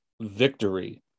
victory